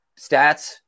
stats